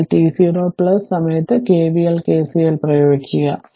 അതിനാൽ t0 സമയത്ത് KVL KCL എന്നിവ പ്രയോഗിക്കുക